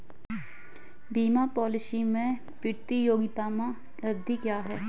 बीमा पॉलिसी में प्रतियोगात्मक अवधि क्या है?